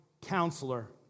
counselor